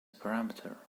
parameter